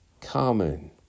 common